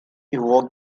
evoke